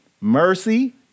mercy